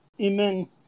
Amen